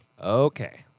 Okay